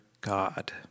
God